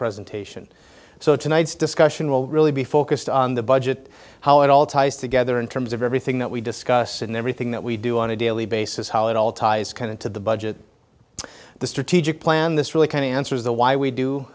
presentation so tonight's discussion will really be focused on the budget how it all ties together in terms of everything that we discuss in everything that we do on a daily basis how it all ties kind into the budget the strategic plan this really kind of answers the why we do